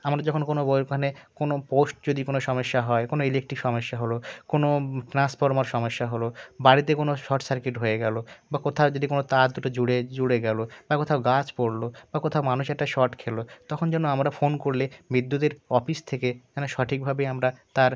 আমাদের যখন কোনো মানে কোনো পোস্ট যদি কোনো সমস্যা হয় কোনো ইলেকট্রিক সমস্যা হল কোনো ট্রান্সফর্মার সমস্যা হল বাড়িতে কোনো শর্ট সার্কিট হয়ে গেল বা কোথাও যদি কোনো তার দুটো জুড়ে জুড়ে গেল বা কোথাও গাছ পড়ল বা কোথাও মানুষ একটা শর্ট খেল তখন যেন আমরা ফোন করলে বিদ্যুতের অফিস থেকে যেন সঠিকভাবে আমরা তার